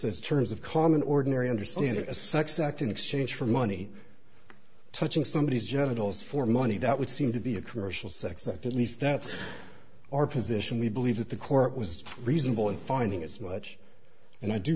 says terms of common ordinary understanding a sex act in exchange for money touching somebody's genitals for money that would seem to be a commercial sex act at least that's our position we believe that the court was reasonable in finding as much and i do